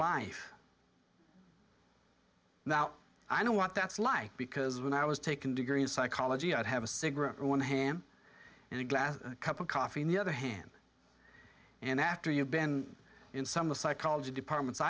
life now i know what that's like because when i was taken degree in psychology i'd have a cigarette on one hand and a glass a cup of coffee in the other hand and after you've been in some of psychology department